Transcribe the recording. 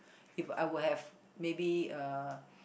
if I were have maybe uh